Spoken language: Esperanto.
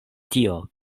tio